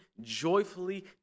joyfully